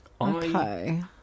Okay